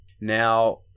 now